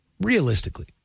Realistically